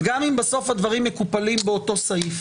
גם אם בסוף הדברים מקופלים באותו סעיף.